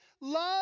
love